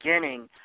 beginning